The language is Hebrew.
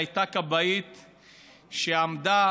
והייתה כבאית שעמדה,